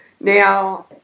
Now